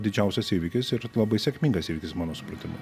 didžiausias įvykis ir labai sėkmingas įvykis mano supratimu